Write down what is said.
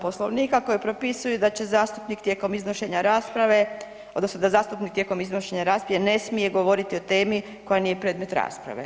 Poslovnika koji propisuju da će zastupnik tijekom iznošenja rasprave odnosno da zastupnik tijekom iznošenja rasprave ne smije govoriti o temi koja nije predmet rasprave.